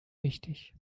wichtig